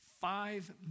five